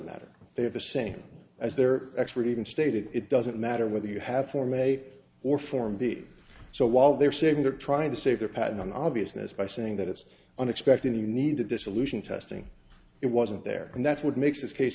matter they have the same as their expert even stated it doesn't matter whether you have form a or form be so while they're saying they're trying to save their patent on obviousness by saying that it's unexpected you need the dissolution testing it wasn't there and that's what makes this case